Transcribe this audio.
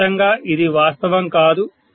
స్పష్టంగా ఇది వాస్తవం కాదు